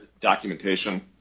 documentation